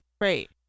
Right